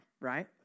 right